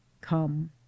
come